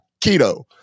keto